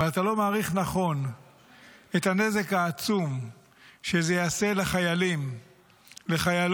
אבל אתה לא מעריך נכון את הנזק העצום שזה יעשה לחיילים ולחיילות,